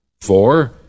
Four